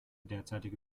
derzeitige